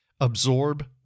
absorb